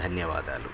ధన్యవాదాలు